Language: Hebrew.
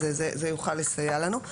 אז זה יוכל לסייע לנו.